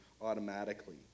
automatically